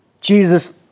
Jesus